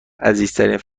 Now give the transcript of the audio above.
عزیزترین